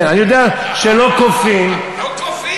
כן, אני יודע שלא כופים, לא כופים.